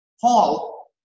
Paul